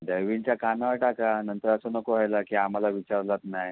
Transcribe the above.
दळवींच्या कानावर टाका नंतर असं नको व्हायला की आम्हाला विचारलंच नाही